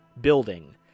building